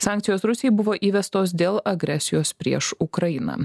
sankcijos rusijai buvo įvestos dėl agresijos prieš ukrainą